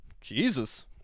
Jesus